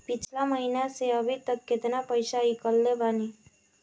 पिछला महीना से अभीतक केतना पैसा ईकलले बानी?